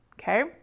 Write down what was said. Okay